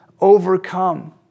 overcome